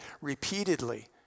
repeatedly